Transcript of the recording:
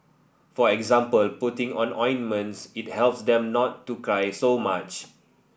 for example putting on ointments it helps them not to cry so much